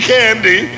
Candy